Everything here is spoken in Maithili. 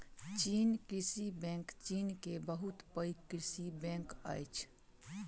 चीन कृषि बैंक चीन के बहुत पैघ कृषि बैंक अछि